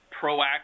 proactive